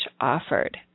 offered